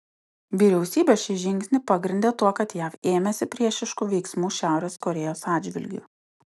vyriausybė šį žingsnį pagrindė tuo kad jav ėmėsi priešiškų veiksmų šiaurės korėjos atžvilgiu